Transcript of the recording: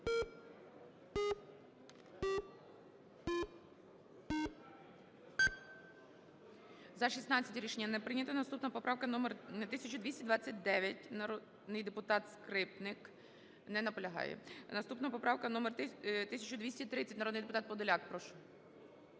За-16 Рішення не прийнято. Наступна поправка номер 1229, народний депутат Скрипник. Не наполягає. Наступна поправка номер 1230, народний депутат Подоляк. Прошу.